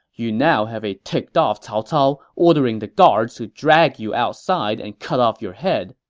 you now have a ticked-off cao cao ordering the guards to drag you outside and cut off your head.